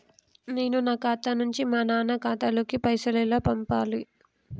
నేను నా ఖాతా నుంచి మా నాన్న ఖాతా లోకి పైసలు ఎలా పంపాలి?